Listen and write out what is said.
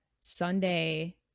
Sunday